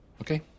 Okay